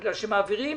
בגלל שמעבירים